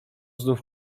znów